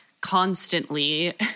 constantly